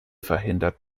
verhindert